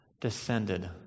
descended